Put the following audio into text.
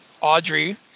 Audrey